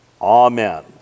Amen